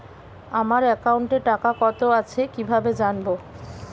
আমার একাউন্টে টাকা কত আছে কি ভাবে জানবো?